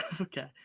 Okay